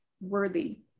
worthy